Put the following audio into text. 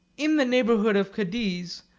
in the neighbourhood of cadiz,